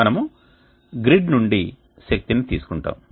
మనము గ్రిడ్ నుండి శక్తిని తీసుకుంటాము